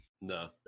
No